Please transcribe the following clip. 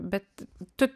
bet tu